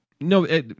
No